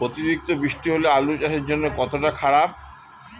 অতিরিক্ত বৃষ্টি হলে আলু চাষের জন্য কতটা খারাপ?